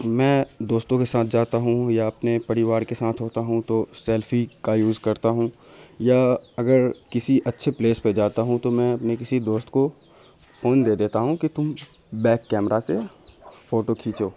میں دوستوں کے ساتھ جاتا ہوں یا اپنے پریوار کے ساتھ ہوتا ہوں تو سیلفی کا یوز کرتا ہوں یا اگر کسی اچھے پلیس پہ جاتا ہوں تو میں اپنے کسی دوست کو فون دے دیتا ہوں کہ تم بیک کیمرا سے فوٹو کھینچو